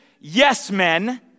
yes-men